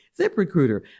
ZipRecruiter